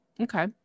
Okay